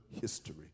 history